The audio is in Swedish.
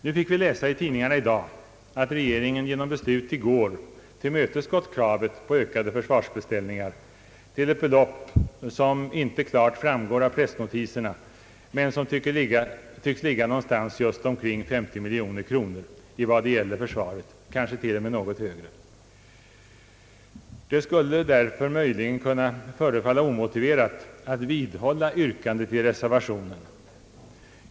Nu fick vi läsa i tidningen i dag att regeringen genom beslut i går har tillmötesgått kravet på ökade försvarsbeställningar till ett belopp som inte klart framgår av pressnotiserna men som tycks röra sig om just 50 miljoner kronor när det gäller försvaret, kanske t.o.m. något däröver. Det skulle därför kunna förefalla omotiverat att vidhålla yrkandet i reservationen.